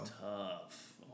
tough